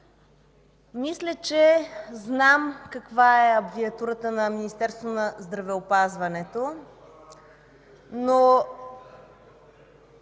мисля, че зная каква е абревиатурата на Министерството на здравеопазването, но